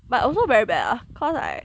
but also very bad ah cause like